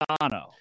Dono